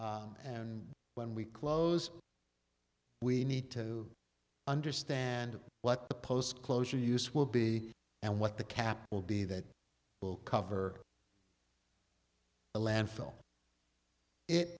and when we close we need to understand what the post closure use will be and what the cap will be that will cover a landfill it